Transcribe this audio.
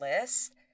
list